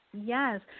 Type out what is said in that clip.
Yes